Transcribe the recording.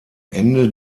ende